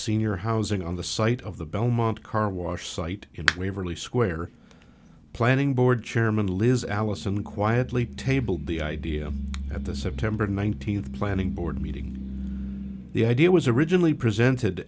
senior housing on the site of the belmont carwash site waverly square planning board chairman liz allison quietly tabled the idea at the september nineteenth planning board meeting the idea was originally presented